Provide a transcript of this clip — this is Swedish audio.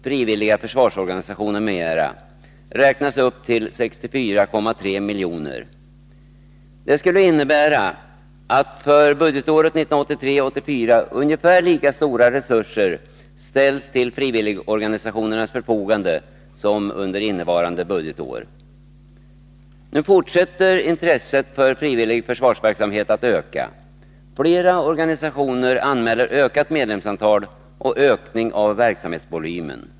Frivilliga försvarsorganisationer m.m. räknas upp till 64,3 milj.kr. Det skulle innebära att för budgetåret 1983/84 ungefär lika stora resurser ställdes till frivilligorganisationernas förfogande som under innevarande budgetår. Nu fortsätter intresset för frivillig försvarsverksamhet att öka. Flera organisationer anmäler ökat medlemsantal och ökning av verksamhetsvolymen.